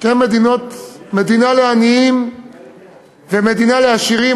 שתי מדינות, מדינה לעניים ומדינה לעשירים.